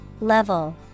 Level